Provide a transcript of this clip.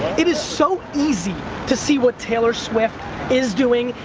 it is so easy to see what talyor swift is doing,